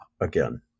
again